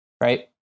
right